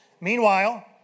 meanwhile